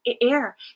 Air